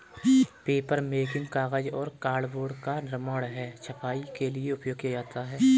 papermaking कागज और cardboard का निर्माण है छपाई के लिए उपयोग किया जाता है